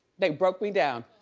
they broke me down.